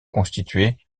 constituer